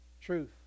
truth